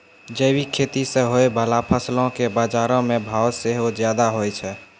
जैविक खेती से होय बाला फसलो के बजारो मे भाव सेहो ज्यादा होय छै